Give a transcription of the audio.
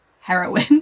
heroin